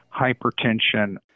hypertension